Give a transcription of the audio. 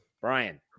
brian